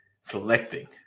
selecting